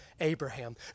Abraham